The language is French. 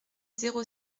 zéro